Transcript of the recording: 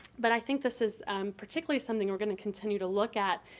but i think this is particularly something we're going to continue to look at,